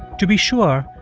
to be sure,